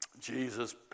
Jesus